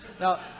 Now